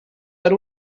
per